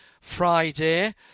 Friday